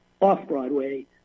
off-Broadway